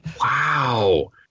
Wow